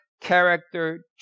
character